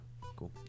Cool